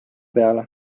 peale